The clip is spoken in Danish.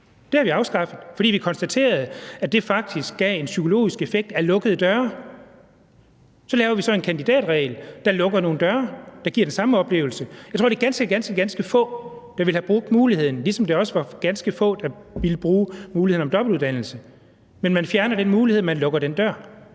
Det har vi afskaffet, fordi vi konstaterede, at det faktisk gav en psykologisk effekt af lukkede døre. Så laver vi så en kandidatregel, der lukker nogle døre og giver den samme oplevelse. Jeg tror, det er ganske, ganske få, der ville have brugt muligheden, ligesom det også var ganske få, der ville bruge muligheden for dobbeltuddannelse. Men man fjerner den mulighed, man lukker den dør.